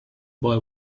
boy